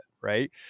right